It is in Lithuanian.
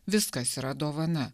viskas yra dovana